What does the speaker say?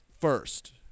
first